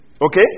okay